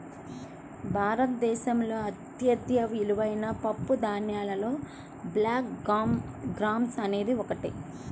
భారతదేశంలో అత్యంత విలువైన పప్పుధాన్యాలలో బ్లాక్ గ్రామ్ అనేది ఒకటి